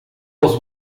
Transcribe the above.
was